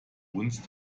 uns